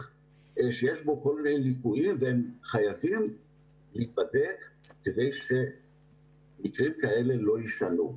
שיש בו כל מיני ליקויים והם חייבים להיבדק כדי שמקרים כאלה לא יישנו.